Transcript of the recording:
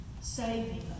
saving